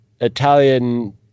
Italian